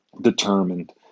determined